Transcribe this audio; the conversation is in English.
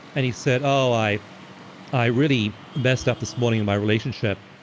and he said, oh, i i really messed up this morning in my relationship.